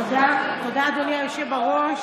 תודה, אדוני היושב-ראש.